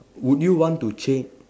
would you want to change